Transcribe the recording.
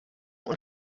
und